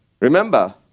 remember